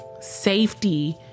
safety